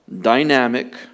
dynamic